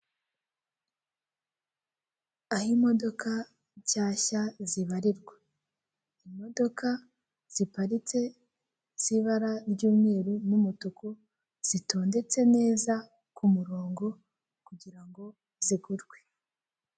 Aho imodoka nshyashya zibarirwa, imodoka ziparitse z'ibara ry'umweru n'umutuku zitondetse neza ku murongo kugira ngo zigurwe.